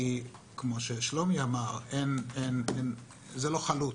כי כמו ששלומי אמר זה לא חלוט.